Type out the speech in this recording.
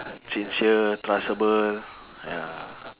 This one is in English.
sincere trustable ya